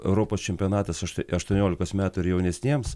europos čempionatas aštuo aštuoniolikos metų ir jaunesniems